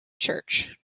church